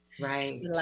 Right